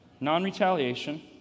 Non-retaliation